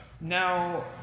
Now